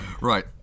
Right